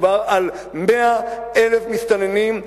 מדובר על 100,000 מסתננים.